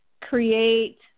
create